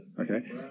Okay